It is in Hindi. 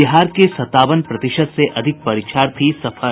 बिहार के संतावन प्रतिशत से अधिक परीक्षार्थी सफल